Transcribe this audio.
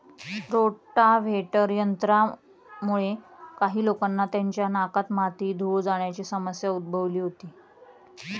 rotavator यंत्रामुळे काही लोकांना त्यांच्या नाकात माती, धूळ जाण्याची समस्या उद्भवली होती